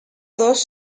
dos